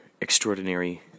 extraordinary